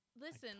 Listen